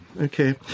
Okay